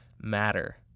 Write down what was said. matter